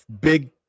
big